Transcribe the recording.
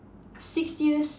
six years